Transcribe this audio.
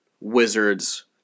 Wizards